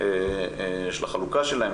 של החלוקה שלהם.